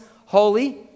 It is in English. holy